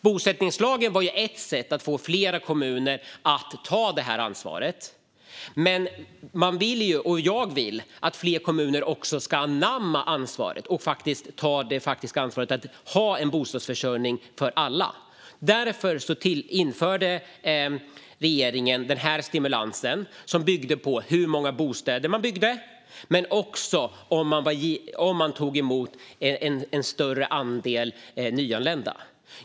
Bosättningslagen var ett sätt att få kommuner att ta ansvaret, men jag vill att fler kommuner ska anamma ansvaret och ha någon form av bostadsförsörjning för alla. Därför införde regeringen denna stimulans. Den var beroende av hur många bostäder som byggdes och om kommunen tog emot en större andel nyanlända.